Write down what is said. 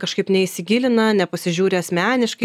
kažkaip neįsigilina nepasižiūri asmeniškai